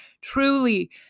truly